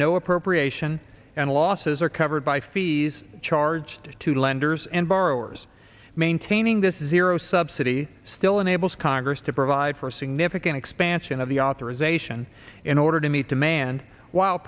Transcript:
no appropriation and losses are covered by fees charged to lenders and borrowers maintaining this is zero subsidy still enables congress to provide for a significant expansion of the authorization in order to meet demand whil